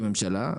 כממשלה,